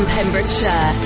Pembrokeshire